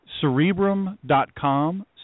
Cerebrum.com